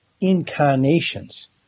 incarnations